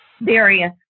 various